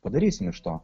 padarysim iš to